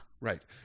Right